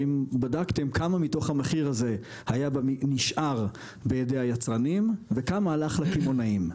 האם בדקתם כמה מתוך המחיר הזה נשאר בידי היצרנים וכמה הלך לקמעונאים?